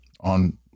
on